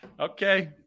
Okay